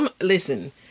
listen